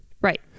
Right